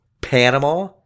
Panama